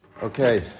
Okay